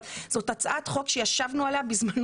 אבל זאת הצעת חוק שישבנו עליה בזמנו.